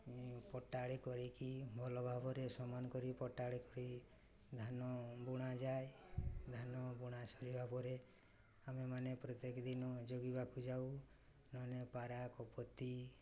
ପଟାଳୀ କରିକି ଭଲ ଭାବରେ ସମାନ କରି ପଟାଳି କରି ଧାନ ବୁଣା ଯାଏ ଧାନ ବୁଣା ସରିବା ପରେ ଆମେ ମାନେ ପ୍ରତ୍ୟେକ ଦିନ ଜଗିବାକୁ ଯାଉ ନହେଲେ ପାରା କପୋତ